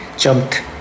Jumped